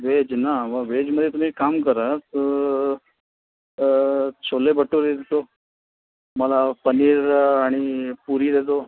veg ना मग व्हेजमध्ये तुम्ही एक काम करा तर तर छोले भटुरे सो मला पनीर आणि पुरी देतो